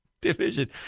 division